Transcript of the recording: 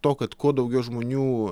to kad kuo daugiau žmonių